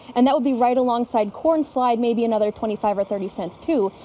and that would be right alongside corn slide maybe another twenty five or thirty cents too.